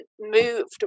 moved